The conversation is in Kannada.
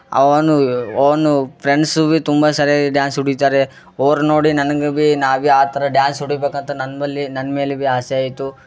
ಅವನು ಓನೂ ಫ್ರೆಂಡ್ಸು ಬಿ ತುಂಬ ಸರಿಯಾಗಿ ಡ್ಯಾನ್ಸ್ ಹೊಡಿತಾರೆ ಓರ್ ನೋಡಿ ನನಗೆ ಬಿ ನಾ ಬಿ ಆ ಥರ ಡ್ಯಾನ್ಸ್ ಹೊಡಿಬೇಕಂತ ನಮ್ಮಲ್ಲಿ ನನ್ನ ಮೇಲೆ ಬಿ ಆಸೆ ಆಯಿತು